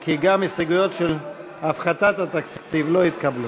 כי גם ההסתייגויות של הפחתת התקציב לא התקבלו.